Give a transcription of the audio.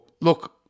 look